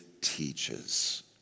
teaches